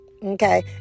Okay